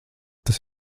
tas